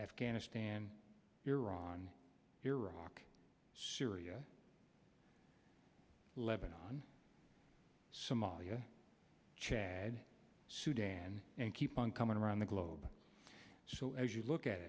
afghanistan iran iraq syria levanon somalia chad sudan and keep on coming around the globe so as you look